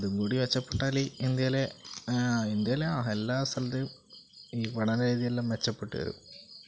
അതുംകൂടി മെച്ചപ്പെട്ടാല് ഇന്ത്യയിലെ ഇന്ത്യയിലെ ആ എല്ലാ സ്ഥലത്തെയും ഈ പഠനരീതിയെല്ലാം മെച്ചപ്പെട്ട് വരും